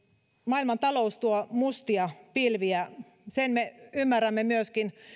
maailmantalous tuo mustia pilviä sen me ymmärrämme myöskin